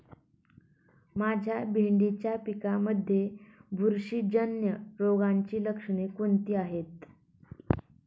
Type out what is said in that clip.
माझ्या भेंडीच्या पिकामध्ये बुरशीजन्य रोगाची लक्षणे कोणती आहेत?